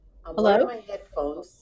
hello